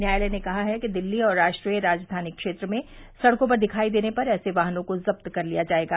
न्यायालय ने कहा है कि दिल्ली और राष्ट्रीय राजवानी क्षेत्र में सड़कों पर दिखाई देने पर ऐसे वाहनों को जब्त कर लिया जायेगा